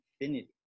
infinity